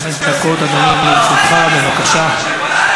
חברת